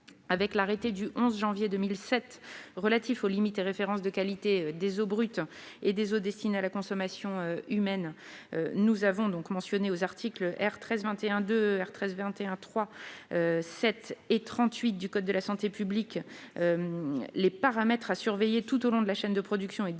par l'arrêté du 11 janvier 2007 relatif aux limites et références de qualité des eaux brutes et des eaux destinées à la consommation humaine, nous avons mentionné aux articles R. 1321-2, R. 1321-3, R. 1321-7 et R. 1321-38 du code de la santé publique les paramètres à surveiller tout au long de la chaîne de production et de distribution